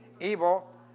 Evil